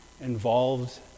involved